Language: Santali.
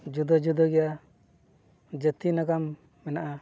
ᱡᱩᱫᱟᱹ ᱡᱩᱫᱟᱹ ᱜᱮᱭᱟ ᱡᱟᱹᱛᱤ ᱱᱟᱜᱟᱢ ᱢᱮᱱᱟᱜᱼᱟ